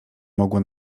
mogło